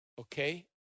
okay